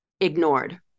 ignored